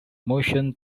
motion